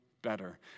better